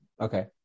Okay